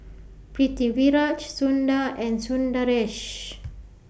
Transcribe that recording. Pritiviraj Sundar and Sundaresh